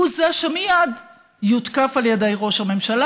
הוא זה שמייד יותקף על ידי ראש הממשלה.